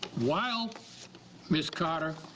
while ms. carter